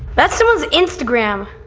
that's someone's instagram.